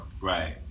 Right